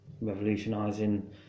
revolutionising